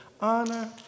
honor